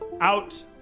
out